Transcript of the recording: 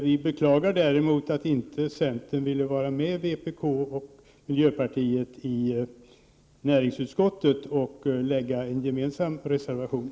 Vi beklagar däremot att centern inte ville vara med vpk och miljöpartiet i näringsutskottet om att avge en gemensam reservation.